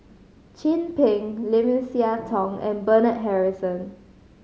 Chin Peng Lim Siah Tong and Bernard Harrison